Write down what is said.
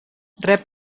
rep